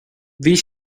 bhí